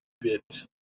bit